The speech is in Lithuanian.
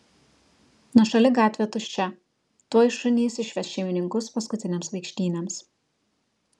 nuošali gatvė tuščia tuoj šunys išves šeimininkus paskutinėms vaikštynėms